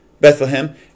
Bethlehem